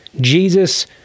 Jesus